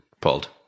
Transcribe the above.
pulled